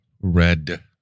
red